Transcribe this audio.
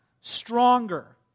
stronger